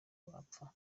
bapfaga